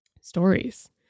stories